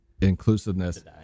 inclusiveness